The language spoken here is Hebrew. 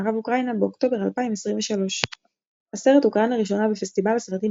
במערב אוקראינה באוקטובר 2023. הסרט הוקרן לראשונה בפסטיבל הסרטים